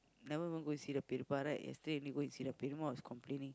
never even go and see the right yesterday only he go and see the was complaining